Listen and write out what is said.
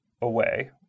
away